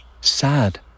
sad